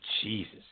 Jesus